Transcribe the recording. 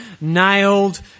nailed